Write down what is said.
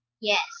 Yes